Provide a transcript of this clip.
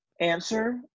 answer